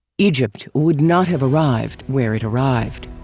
egypt would not have arrived where it arrived.